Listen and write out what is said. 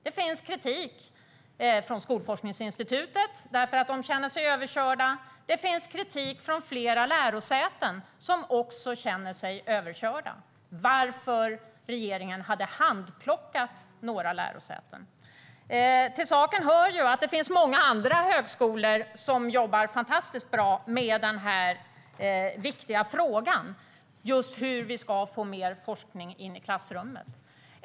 Det finns kritik från Skolforskningsinstitutet, eftersom de känner sig överkörda, och även från flera lärosäten, som också känner sig överkörda. De undrar varför regeringen har handplockat vissa lärosäten. Till saken hör att många andra högskolor jobbar fantastiskt bra med den viktiga frågan om hur vi ska få in mer forskning i klassrummen.